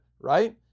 right